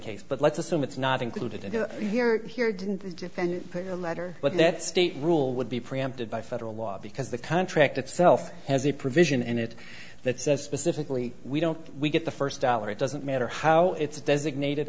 case but let's assume it's not included in the here here didn't the defendant pay a letter but that state rule would be preempted by federal law because the contract itself has a provision in it that says specifically we don't we get the first dollar it doesn't matter how it's designated